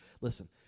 Listen